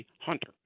Hunter